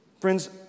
Friends